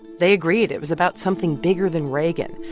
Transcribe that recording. they agreed it was about something bigger than reagan.